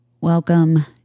Welcome